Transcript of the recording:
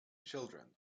children